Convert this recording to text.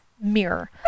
mirror